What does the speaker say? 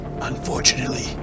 Unfortunately